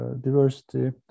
diversity